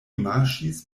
marŝis